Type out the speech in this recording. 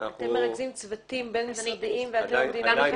אתם מרכזים צוותים בין-משרדיים ואתם יודעים איפה זה עומד?